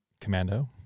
commando